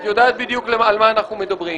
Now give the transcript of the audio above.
את יודעת בדיוק על מה אנחנו מדברים.